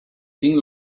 tinc